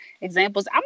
examples